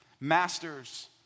Masters